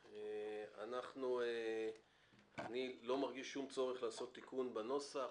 אני לא מרגיש שום צורך לעשות תיקון בנוסח.